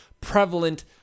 prevalent